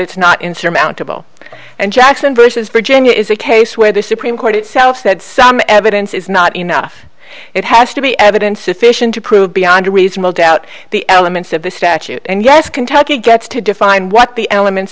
it's not insurmountable and jackson version is virginia is a case where the supreme court itself said some evidence is not enough it has to be evidence sufficient to prove beyond a reasonable doubt the elements of the statute and yes kentucky gets to define what the elements